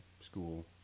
school